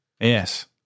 Yes